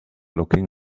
looking